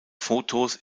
fotos